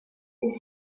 est